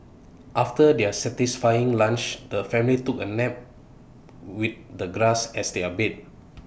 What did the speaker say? after their satisfying lunch the family took A nap with the grass as their bed